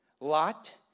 Lot